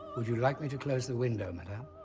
would you like me to close the window, madame?